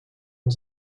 und